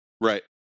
Right